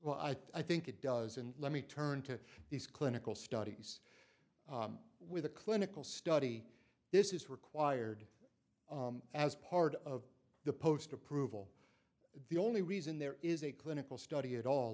well i think it does in let me turn to these clinical studies with the clinical study this is required as part of the post approval the only reason there is a clinical study at all